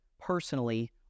personally